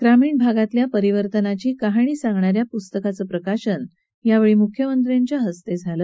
ग्रामीण भागातल्या परिवर्तनाची कहाणी सांगणा या पुस्ताकाचं प्रकाशन यावेळी मुख्यमंत्र्यांच्या हस्ते झालं